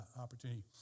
opportunity